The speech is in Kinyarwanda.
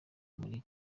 muri